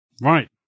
Right